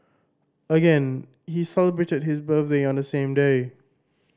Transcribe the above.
again he celebrated his birthday on the same day